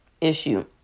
issue